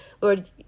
Lord